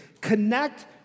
Connect